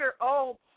old